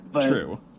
True